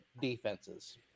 defenses